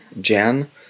Jan